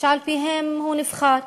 שעל-פיהם הוא נבחר,